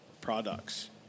products